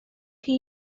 chi